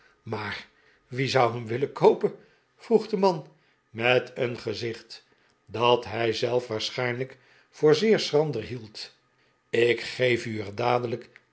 maar wie zou hem willen koopen vroeg de man met een gezicht dat hij zelf waarschijnlijk voor zeer schrander hield ik geef u er dadelijk